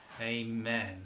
Amen